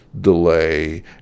delay